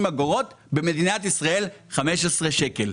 אגורות ורק מדינת ישראל מטילה מס של 15 שקל?